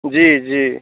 जी जी